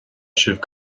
sibh